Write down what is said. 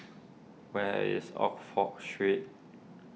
where is Oxford Street